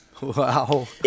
Wow